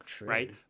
right